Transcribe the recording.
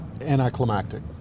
anticlimactic